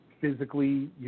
physically